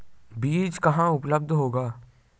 बीज कहाँ उपलब्ध होगा?